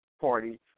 Party